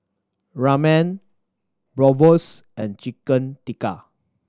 Ramen Bratwurst and Chicken Tikka